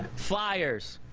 flyers,